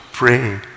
praying